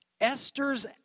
Esther's